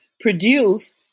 produce